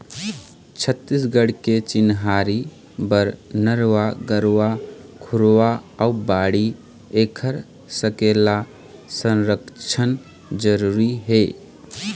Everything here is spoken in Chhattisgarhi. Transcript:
छत्तीसगढ़ के चिन्हारी बर नरूवा, गरूवा, घुरूवा अउ बाड़ी ऐखर सकेला, संरक्छन जरुरी हे